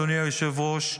אדוני היושב-ראש,